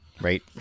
right